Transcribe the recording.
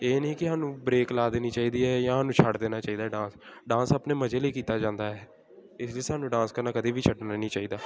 ਇਹ ਨਹੀਂ ਕਿ ਸਾਨੂੰ ਬ੍ਰੇਕ ਲਾ ਦੇਣੀ ਚਾਹੀਦੀ ਹੈ ਜਾਂ ਸਾਨੂੰ ਛੱਡ ਦੇਣਾ ਚਾਹੀਦਾ ਡਾਂਸ ਡਾਂਸ ਆਪਣੇ ਮਜ਼ੇ ਲਈ ਕੀਤਾ ਜਾਂਦਾ ਹੈ ਇਸ ਲਈ ਸਾਨੂੰ ਡਾਂਸ ਕਰਨਾ ਕਦੇ ਵੀ ਛੱਡਣਾ ਨਹੀਂ ਚਾਹੀਦਾ